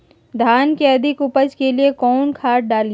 धान के अधिक उपज के लिए कौन खाद डालिय?